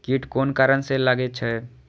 कीट कोन कारण से लागे छै?